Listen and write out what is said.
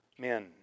men